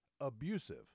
abusive